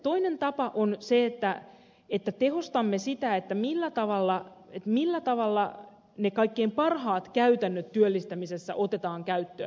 toinen tapa on se että tehostamme sitä millä tavalla ne kaikkein parhaat käytännöt työllistämisessä otetaan käyttöön